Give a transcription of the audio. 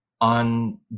on